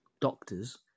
doctors